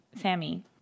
Sammy